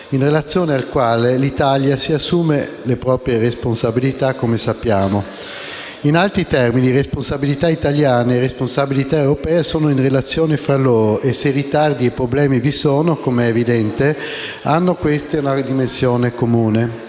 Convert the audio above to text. in relazione al quale l'Italia si assume le proprie responsabilità, come sappiamo. In altri termini, responsabilità italiane e responsabilità europee sono in relazione fra loro e se ritardi e problemi vi sono - come è evidente - hanno questa dimensione comune.